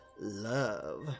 love